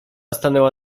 stanęła